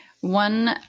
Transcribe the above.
One